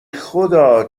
خدا